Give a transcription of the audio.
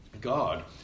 God